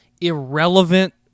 irrelevant